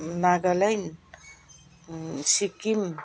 Nagaland Sikkim